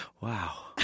Wow